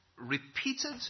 repeated